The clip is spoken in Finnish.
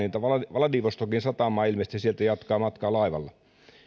vladivostokin satamaan ja ilmeisesti sieltä jatkaa matkaa laivalla